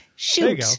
shoot